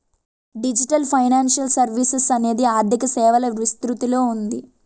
digital financial services అనేది ఆర్థిక సేవల విస్తృతిలో ఉంది